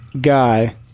guy